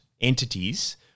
entities